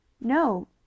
No